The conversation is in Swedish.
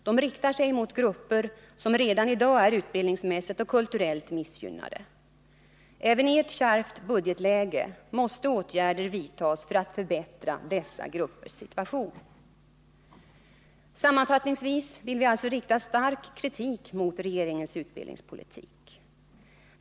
De riktar sig mot grupper som redan i dag är utbildningsmässigt och kulturellt missgynnade. Även i ett kärvt budgetläge måste åtgärder vidtas för att förbättra dessa gruppers situation. Sammanfattningsvis vill vi alltså rikta stark kritik mot regeringens utbildningspolitik.